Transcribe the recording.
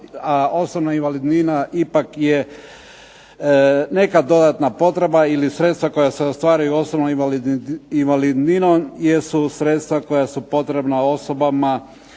osobna invalidnina ipak je neka dodatna potreba ili sredstva koja se ostvaruju osobnom invalidninom jesu sredstva koja su potrebna osobama